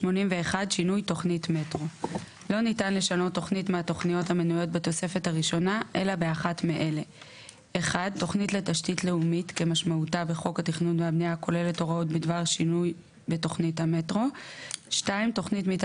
"שינוי תוכנית מטרו 81. לא ניתן לשנות תוכנית